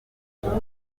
nimuze